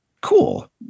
cool